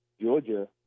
Georgia